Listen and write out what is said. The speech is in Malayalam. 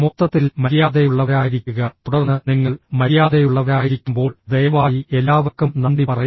മൊത്തത്തിൽ മര്യാദയുള്ളവരായിരിക്കുക തുടർന്ന് നിങ്ങൾ മര്യാദയുള്ളവരായിരിക്കുമ്പോൾ ദയവായി എല്ലാവർക്കും നന്ദി പറയുക